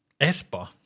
Espo